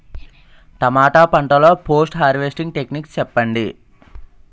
టమాటా పంట లొ post harvesting techniques చెప్పండి?